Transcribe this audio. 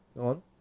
on